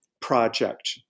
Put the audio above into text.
project